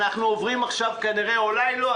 אנחנו עוברים עכשיו כנראה אולי לא,